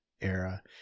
era